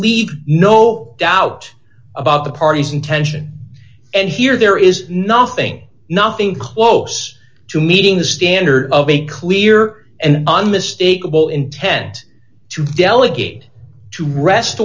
leave no doubt about the parties intention and here there is nothing nothing close to meeting the standard of a clear and unmistakable intent to delegate to rest